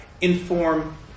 inform